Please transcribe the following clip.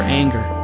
anger